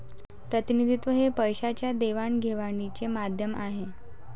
प्रतिनिधित्व हे पैशाच्या देवाणघेवाणीचे माध्यम आहे